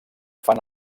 fan